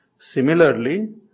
Similarly